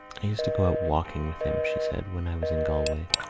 i used to go out walking with him, she said, when i was in galway.